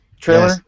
trailer